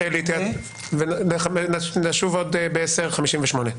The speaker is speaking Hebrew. ונשוב ב-10:58.